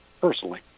personally